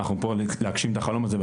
אנחנו פה להגשים את החלום הזה,